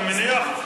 אני מניח,